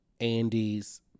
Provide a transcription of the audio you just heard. Andy's